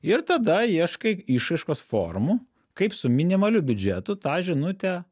ir tada ieškai išraiškos formų kaip su minimaliu biudžetu tą žinutę